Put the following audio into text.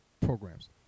programs